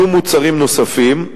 קידום מוצרים נוספים,